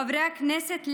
חברי הכנסת,